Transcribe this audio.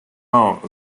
art